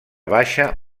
baixa